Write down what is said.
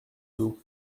tout